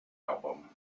album